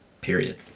period